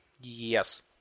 Yes